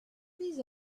these